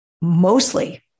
mostly